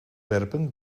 werpen